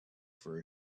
for